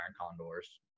condors